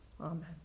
Amen